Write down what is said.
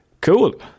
cool